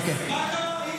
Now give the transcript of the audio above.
אדוני היושב-ראש, מה קרה?